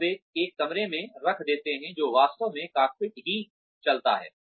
और वे एक कमरे में रख देते हैं वे वास्तव में कि कॉकपिट ही चलता है